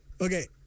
Okay